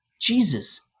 Jesus